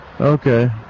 Okay